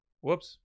Whoops